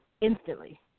instantly